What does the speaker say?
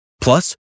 Plus